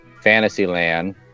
Fantasyland